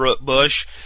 bush